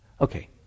Okay